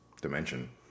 dimension